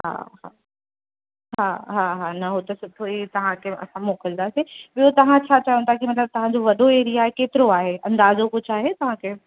हा हा हा हा हा न हो त सुठो ई तव्हांखे असां मोकिलंदासीं ॿियो तव्हां छा चओ था की मतिलब तव्हांजो वॾो एरिया आहे केतिरो आहे अंदाजो कुछ आहे तव्हांखे